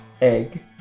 Egg